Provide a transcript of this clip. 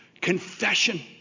Confession